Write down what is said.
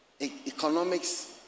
economics